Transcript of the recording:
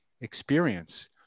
experience